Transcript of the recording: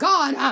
God